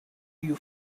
you